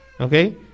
Okay